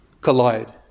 collide